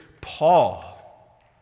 Paul